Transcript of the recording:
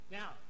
now